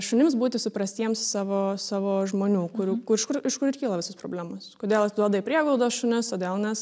šunims būti suprastiems savo savo žmonių kurių kur iš kur iš kur ir kyla visos problemos kodėl atiduoda į prieglaudą šunis todėl nes